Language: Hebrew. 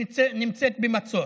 שנמצאת במצור.